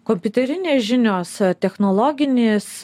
kompiuterinės žinios technologinis